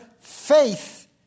faith